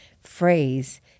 phrase